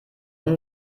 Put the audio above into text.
und